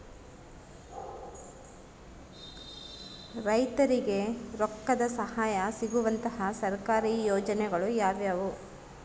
ರೈತರಿಗೆ ರೊಕ್ಕದ ಸಹಾಯ ಸಿಗುವಂತಹ ಸರ್ಕಾರಿ ಯೋಜನೆಗಳು ಯಾವುವು?